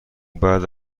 بعد